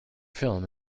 film